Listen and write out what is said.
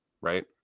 right